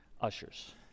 ushers